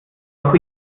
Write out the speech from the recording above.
doch